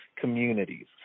communities